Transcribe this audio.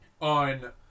On